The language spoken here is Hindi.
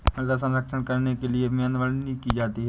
मृदा संरक्षण करने के लिए मेड़बंदी की जाती है